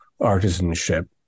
artisanship